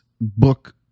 book